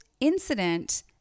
incident